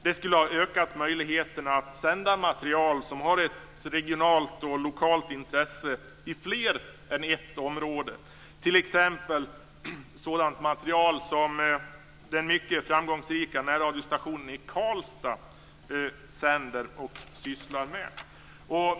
Det skulle ha ökat möjligheterna att sända ett material som är av regionalt och lokalt intresse i fler än ett område, t.ex. sådant material som den mycket framgångsrika närradiostationen i Karlstad sänder och sysslar med.